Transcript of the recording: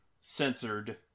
censored